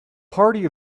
party